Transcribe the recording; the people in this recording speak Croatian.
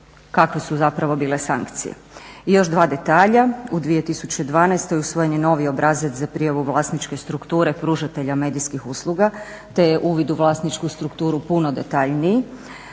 kakve su zapravo bile sankcije. I još dva detalja, u 2012. usvojen je novi obrazac za prijavu vlasničke strukture pružatelja medijskih usluga te je uvid u vlasničku strukturu puno detaljniji,